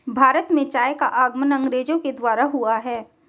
भारत में चाय का आगमन अंग्रेजो के द्वारा हुआ